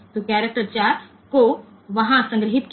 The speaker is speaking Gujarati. તેથી કેરેક્ટર 4 ત્યાં સંગ્રહિત થશે